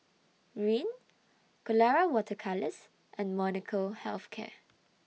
Rene Colora Water Colours and Molnylcke Health Care